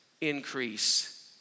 increase